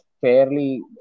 fairly